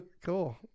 Cool